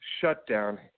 shutdown